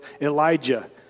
Elijah